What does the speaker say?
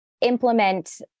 implement